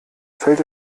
fällt